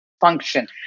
function